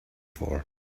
for